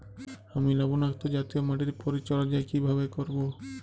আমি লবণাক্ত জাতীয় মাটির পরিচর্যা কিভাবে করব?